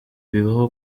bibaho